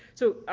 so